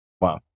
Wow